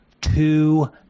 two